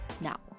now